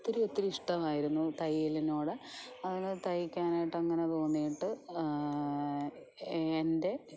ഒത്തിരി ഒത്തിരി ഇഷ്ടമായിരുന്നു തയ്യലിനോട് അങ്ങനെ തയ്ക്കാനായിട്ട് അങ്ങനെ തോന്നീട്ട് എൻ്റെ